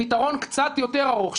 פתרון קצת יותר ארוך,